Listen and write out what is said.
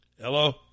Hello